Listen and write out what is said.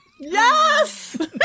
yes